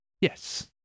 Yes